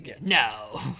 No